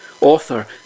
Author